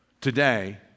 today